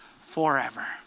forever